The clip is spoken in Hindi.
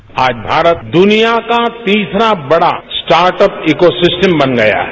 बाइट आज भारत दुनिया का तीसरा बड़ा स्टार्ट अप इको सिस्टम बन गया है